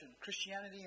Christianity